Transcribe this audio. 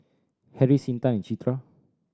Harris Intan and Citra